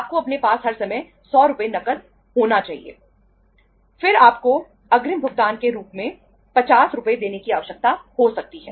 आपके पास हर समय 100 रुपये नकद होना चाहिए फिर आपको अग्रिम भुगतान के रूप में 50 रुपये देने की आवश्यकता हो सकती है